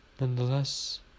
Nonetheless